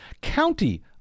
county